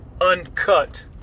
Uncut